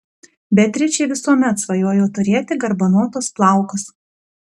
beatričė visuomet svajojo turėti garbanotus plaukus